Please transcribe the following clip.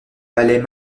palais